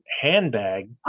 handbag